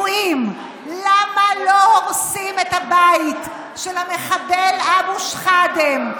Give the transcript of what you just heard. למה לא הורסים את הבית של המחבל אבו שחידם,